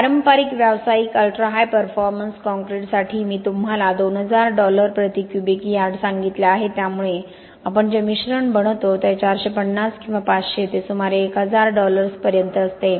पारंपारिक व्यावसायिक ultra high performance कॉंक्रिटसाठी मी तुम्हाला 2000 डॉलर प्रति क्यूबिक यार्ड सांगितले आहे त्यामुळे आपण जे मिश्रण बनवतो ते 450 किंवा 500 ते सुमारे 1000 डॉलर्स पर्यंत असते